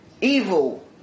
evil